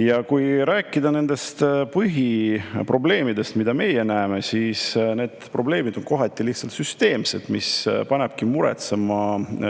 Ja kui rääkida nendest põhiprobleemidest, mida meie näeme, siis need probleemid on kohati lihtsalt süsteemsed, mis panebki muretsema